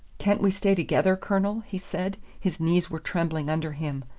can't we stay together, colonel? he said his knees were trembling under him.